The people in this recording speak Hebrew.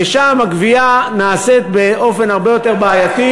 ושם הגבייה נעשית באופן הרבה יותר בעייתי,